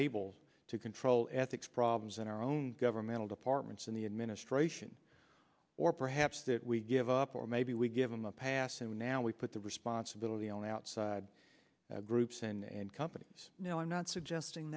unable to control ethics problems in our own governmental departments in the administration or perhaps that we give up or maybe we give them a pass and now we put the responsibility on outside groups and companies no i'm not suggesting